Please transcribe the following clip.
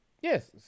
Yes